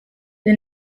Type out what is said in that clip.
the